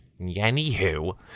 anywho